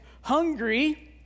hungry